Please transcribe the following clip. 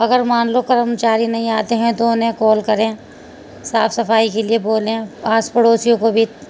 اگر مان لو کرمچاری نہیں آتے ہیں تو انہیں کال کریں صاف صفائی کے لیے بولیں پاس پڑوسیوں کو بھی